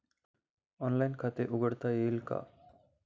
Online खाते उघडता येईल का?